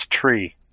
tree